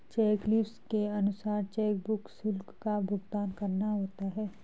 check leaves के अनुसार chequebook शुल्क का भुगतान करना होता है